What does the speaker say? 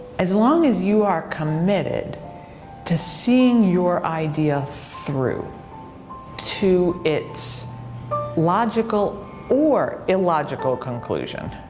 as long as you are committed to seeing your idea through to its logical or illogical conclusion,